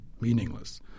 meaningless